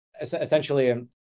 essentially